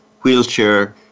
wheelchair